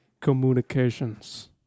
communications